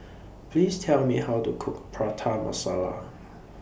Please Tell Me How to Cook Prata Masala